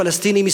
פלסטינים,